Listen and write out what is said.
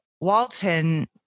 Walton